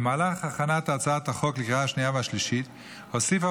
במהלך הכנת הצעת החוק לקריאה השנייה והשלישית הוסיפה